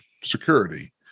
security